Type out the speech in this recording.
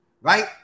right